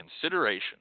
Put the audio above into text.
consideration